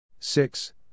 Six